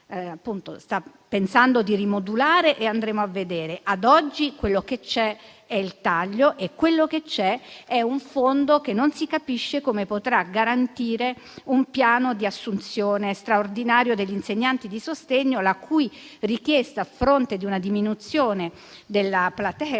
lei sta pensando di rimodulare e andremo a vedere come; ad oggi quello che c'è è il taglio e quello che c'è è un fondo che non si capisce come potrà garantire un piano di assunzione straordinario degli insegnanti di sostegno, la cui richiesta, a fronte di una diminuzione della platea